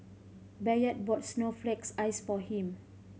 Bayard brought snowflake ice for him